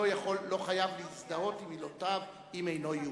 הוא לא חייב להזדהות עם מילותיו אם אינו יהודי.